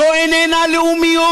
זו איננה לאומיות,